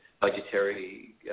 budgetary